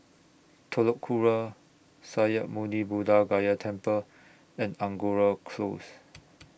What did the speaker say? Telok Kurau Sakya Muni Buddha Gaya Temple and Angora Close